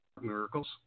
miracles